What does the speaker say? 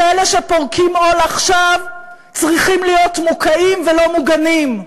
ואלה שפורקים עול עכשיו צריכים להיות מוקעים ולא מוגנים.